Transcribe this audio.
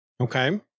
Okay